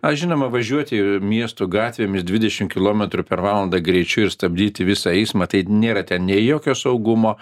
aš žinoma važiuoti miesto gatvėmis dvidešim kilometrų per valandą greičiu ir stabdyti visą eismą tai nėra ten nei jokio saugumo